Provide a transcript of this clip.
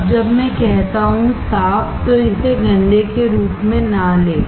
अब जब मैं कहता हूं साफ तो इसे गंदे के रूप में न लें